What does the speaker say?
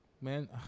man